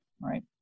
right